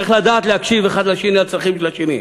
צריך לדעת להקשיב האחד לצרכים של השני.